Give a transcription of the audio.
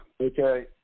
okay